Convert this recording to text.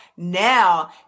now